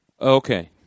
Okay